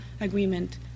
agreement